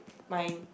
mine